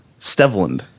Stevland